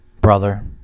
brother